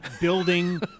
building